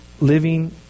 living